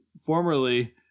formerly